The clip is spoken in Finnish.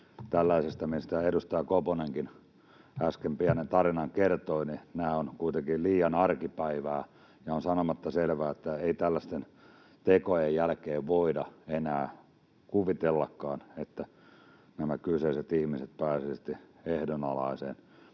tällainen, mistä edustaja Koponenkin äsken pienen tarinan kertoi, on kuitenkin liian arkipäivää, ja on sanomatta selvää, että ei tällaisten tekojen jälkeen voida enää kuvitellakaan, että nämä kyseiset ihmiset pääsisivät ehdonalaiseen.